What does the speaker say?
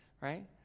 right